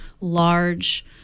large